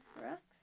Brooks